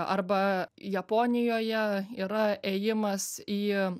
arba japonijoje yra ėjimas į